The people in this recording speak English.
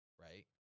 right